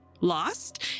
Lost